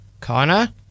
Connor